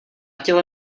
těle